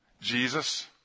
Jesus